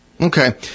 Okay